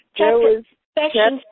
Chapter